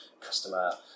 customer